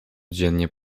dziennie